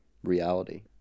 reality